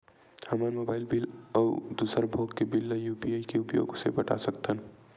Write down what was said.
हमन mobile bill अउ दूसर भोग के बिल ला यू.पी.आई के उपयोग से पटा सकथन